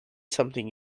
something